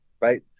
right